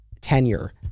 tenure